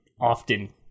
often